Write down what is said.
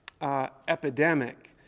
epidemic